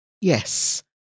Yes